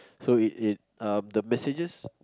so it it um the messages